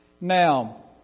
Now